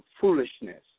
foolishness